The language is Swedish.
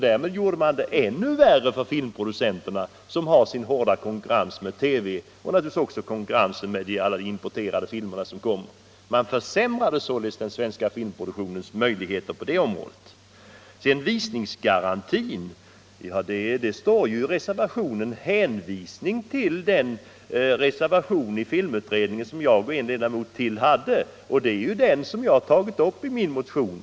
Därmed gjorde man det ännu värre för filmproducenterna som har hård konkurrens från TV och importerade filmer. Man försämrar således den svenska filmproduktionens möjligheter på det området. Vad sedan beträffar visningsgarantin står det ju i propositionen en hänvisning till den reservation i filmutredningen som jag och en annan ledamot i denna avgav. Det är tanken i den reservationen jag tagit upp i min motion.